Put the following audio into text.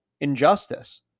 injustice